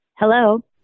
Hello